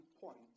point